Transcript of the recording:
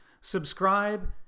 subscribe